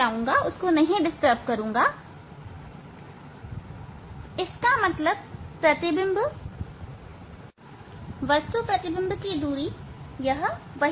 इसका मतलब प्रतिबिंबवस्तु प्रतिबिंब की दूरी यह वही रहेगी